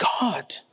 God